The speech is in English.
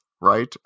right